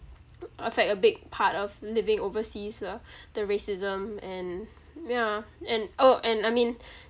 affect a big part of living overseas ah the racism and yeah and orh and I mean